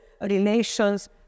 relations